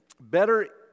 Better